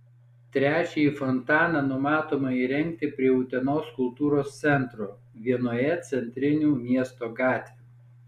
trečiąjį fontaną numatoma įrengti prie utenos kultūros centro vienoje centrinių miesto gatvių